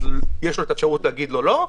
אז יש לו אפשרות להגיד לו לא.